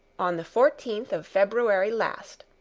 on the fourteenth of february last.